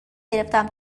گرفتم